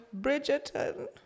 bridgerton